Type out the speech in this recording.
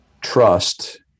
trust